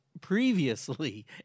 previously